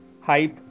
hype